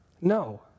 No